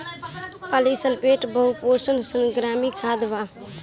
polysulphate बहुपोषक सामग्री खाद बा